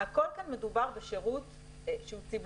הכול כאן מדובר בשירות שהוא ציבורי.